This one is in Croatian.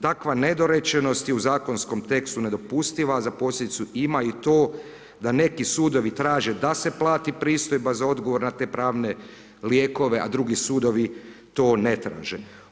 Takva nedorečenost u zakonskom tekstu nedopustiva za posljedicu ima i to da neki sudovi kažu da se plati pristojba za odgovor na te pravne lijekove, a drugi sudovi to ne traže.